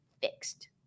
fixed